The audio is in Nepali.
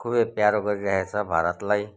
खुबै प्यारो गरिराखेको छ भारतलाई